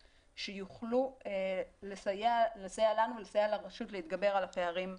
שיוכלו לסייע לנו ולסייע לרשות להתגבר על הפערים האלה.